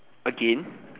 again